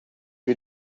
wie